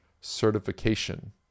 Certification